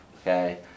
okay